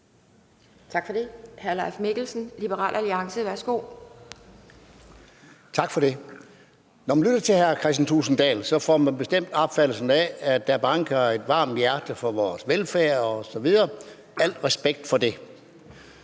Tak for det. Hr. Leif Mikkelsen, Liberal Alliance. Værsgo. Kl. 11:23 Leif Mikkelsen (LA): Tak for det. Når man lytter til hr. Kristian Thulesen Dahl, får man bestemt opfattelsen af, at der banker et varmt hjerte for vores velfærd osv., og al respekt for det.